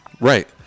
Right